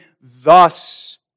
thus